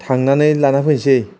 थांनानै लाना फैसै